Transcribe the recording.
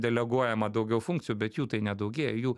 deleguojama daugiau funkcijų bet jų tai nedaugėja jų